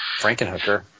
Frankenhooker